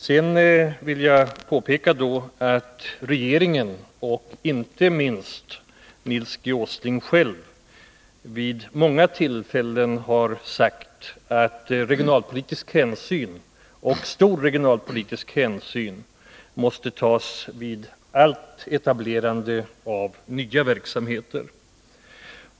Jag vill också påpeka att regeringen, och inte minst Nils G. Åsling själv, vid många tillfällen har sagt att stor regionalpolitisk hänsyn måste tas vid allt etablerande av nya verksamheter.